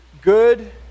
good